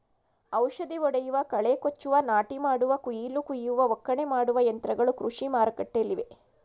ಔಷಧಿ ಹೊಡೆಯುವ, ಕಳೆ ಕೊಚ್ಚುವ, ನಾಟಿ ಮಾಡುವ, ಕುಯಿಲು ಕುಯ್ಯುವ, ಒಕ್ಕಣೆ ಮಾಡುವ ಯಂತ್ರಗಳು ಕೃಷಿ ಮಾರುಕಟ್ಟೆಲ್ಲಿವೆ